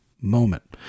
moment